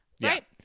right